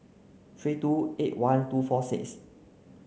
three two eight one two four six